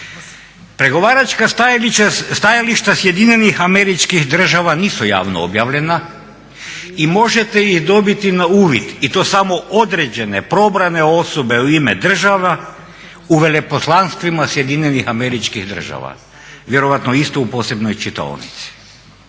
Pregovaračka stajališta Sjedinjenih Američkih Država nisu javno objavljena i možete ih dobiti na uvid i to samo određene, probrane osobe u ime država, u veleposlanstvima SAD-a vjerojatno isto u posebnoj čitaonici.